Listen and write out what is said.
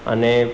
અને